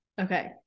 Okay